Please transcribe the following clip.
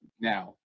now